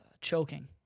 Choking